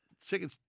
second